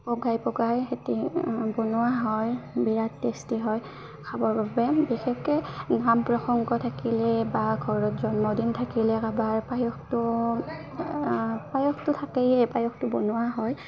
পগাই পগাই সেইটো বনোৱা হয় বিৰাট টেষ্টি হয় খাবৰ বাবে বিশেষকৈ নাম প্ৰসংগ থাকিলে বা ঘৰত জন্মদিন থাকিলে কাৰোবাৰ পায়সটো পায়সটো থাকেই পায়সটো বনোৱা হয়